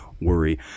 worry